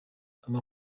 ama